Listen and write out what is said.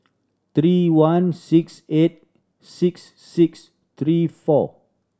three one six eight six six three four